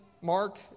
Mark